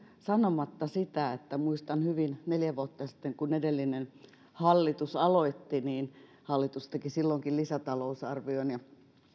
sanomatta sitä että muistan hyvin neljä vuotta sitten kun edellinen hallitus aloitti niin hallitus teki silloinkin lisätalousarvion ja